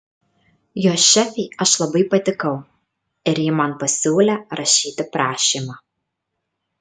jos šefei aš labai patikau ir ji man pasiūlė rašyti prašymą